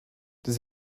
does